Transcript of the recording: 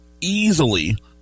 easily